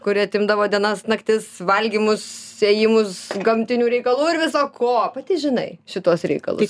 kuri atimdavo dienas naktis valgymus ėjimus gamtinių reikalų ir viso ko pati žinai šituos reikalus